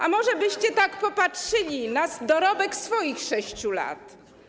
A może byście tak popatrzyli na dorobek swoich 6 lat?